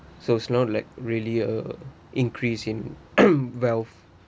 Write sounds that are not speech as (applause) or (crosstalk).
so it's not like really a increase in (coughs) wealth